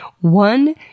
one